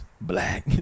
Black